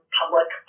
public